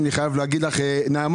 אני חייב להגיד לך נעמה,